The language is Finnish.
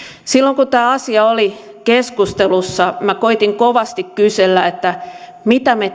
silloin kun tämä asia oli keskustelussa minä koetin kovasti kysellä mitä me